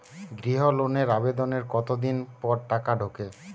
গৃহ লোনের আবেদনের কতদিন পর টাকা ঢোকে?